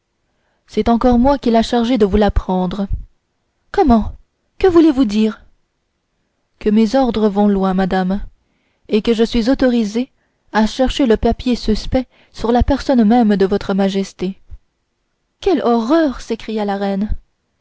c'est encore moi qu'il a chargé de vous la prendre comment que voulez-vous dire que mes ordres vont loin madame et que je suis autorisé à chercher le papier suspect sur la personne même de votre majesté quelle horreur s'écria la reine